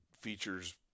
features